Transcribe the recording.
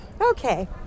Okay